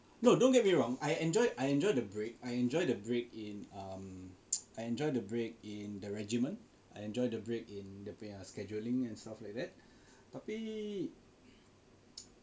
no don't get me wrong I enjoy I enjoy the break I enjoy the break in um I enjoy the break in the regimen I enjoy the break in dia punya scheduling and stuff like that tapi